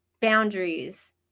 Boundaries